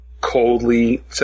coldly